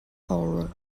aura